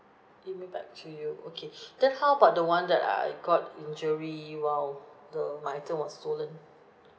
email back to you okay then how about the one that I got injury while the my item was stolen